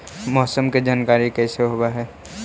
मौसमा के जानकारी कैसे होब है?